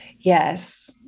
yes